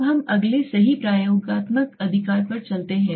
अब हम अगले सही प्रयोगात्मक अधिकार पर चलते हैं